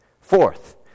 Fourth